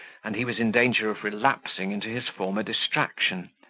and he was in danger of relapsing into his former distraction,